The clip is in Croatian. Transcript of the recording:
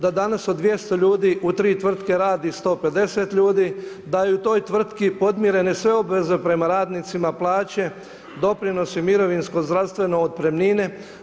Da danas od 200 ljudi u tri tvrtke radi 150 ljudi, da je u toj tvrtki podmirene sve obveze prema radnicima, plaće, doprinosi, mirovinsko, zdravstveno, otpremnine.